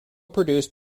produced